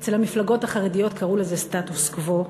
אצל המפלגות החרדיות קראו לזה סטטוס-קוו,